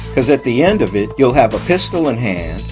cause at the end of it you'll have a pistol in hand,